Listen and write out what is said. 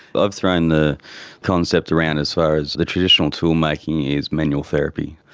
ah i've thrown the concept around as far as the traditional tool making is manual therapy.